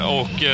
och